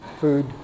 food